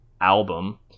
album